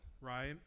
right